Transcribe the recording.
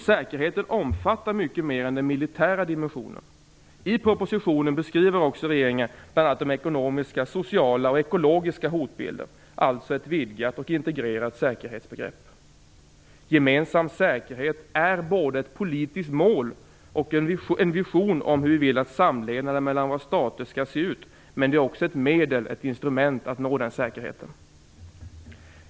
Säkerheten omfattar mycket mer än den militära dimensionen. I propositionen beskriver också regeringen bl.a. de ekonomiska, sociala och ekologiska hotbilderna. Det handlar alltså om ett vidgat och integrerat säkerhetsbegrepp. Gemensam säkerhet är både ett politiskt mål och en vision om hur vi vill att samlevnaden mellan våra stater skall se ut. Det är också ett medel, ett instrument, att nå den säkerheten.